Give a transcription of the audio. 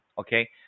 okay